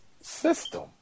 system